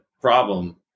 problem